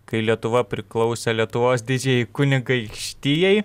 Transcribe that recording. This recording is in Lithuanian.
kai lietuva priklausė lietuvos didžiajai kunigaikštijai